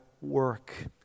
work